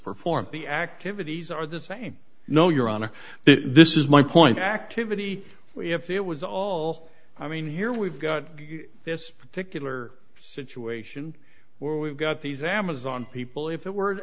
perform the activities are the same no your honor this is my point activity if it was all i mean here we've got this particular situation where we've got these amazon people if it were